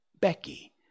Becky